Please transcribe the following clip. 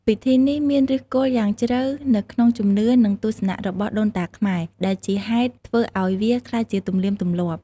ពិធីនេះមានឫសគល់យ៉ាងជ្រៅនៅក្នុងជំនឿ និងទស្សនៈរបស់ដូនតាខ្មែរ ដែលជាហេតុធ្វើឲ្យវាក្លាយជាទំនៀមទម្លាប់។